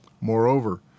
Moreover